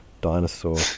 dinosaur